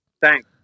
thanks